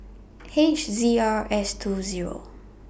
H Z R S two Zero